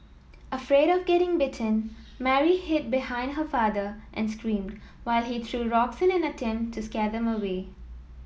afraid of getting bitten Mary hid behind her father and screamed while he threw rocks in an attempt to scare them away